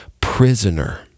prisoner